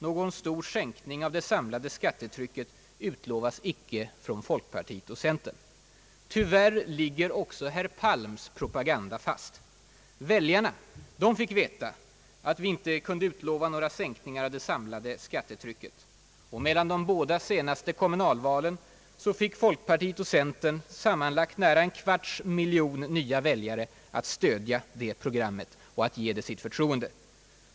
Någon stor sänkning av det samlade skattetrycket utlovas icke från folkpartiet och centern. Tyvärr ligger också herr Palms propaganda fast. Väljarna fick veta att vi inte kunde utlova några sänkningar av det samlade skattetrycket. Mellan de båda senaste kommunalvalen kom nära en kvarts miljon nya väljare att stödja folkpartiets och centerns program och att ge det sitt förtroende.